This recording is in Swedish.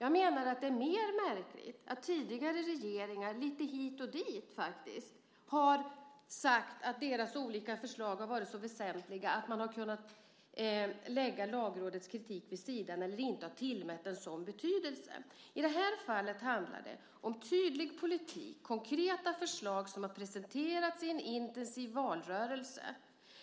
Jag menar att det är mer märkligt att tidigare regeringar lite hit och dit har sagt att deras olika förslag har varit så väsentliga att man har kunnat lägga Lagrådets kritik åt sidan eller inte har tillmätt den sådan betydelse. I det här fallet handlar det om tydlig politik. Det är konkreta förslag som har presenterats i en intensiv valrörelse